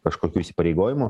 kažkokių įsipareigojimų